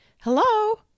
Hello